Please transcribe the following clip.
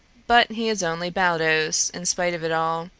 but he is only baldos, in spite of it all.